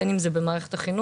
בין אם זה במערכת החינוך,